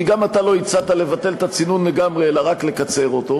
כי גם אתה לא הצעת לבטל את הצינון לגמרי אלא רק לקצר אותו,